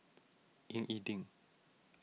Ying E Ding